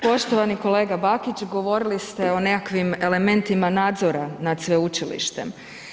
Poštovani kolega Bakić, govorili ste o nekakvim elementima nadzora nad sveučilištem.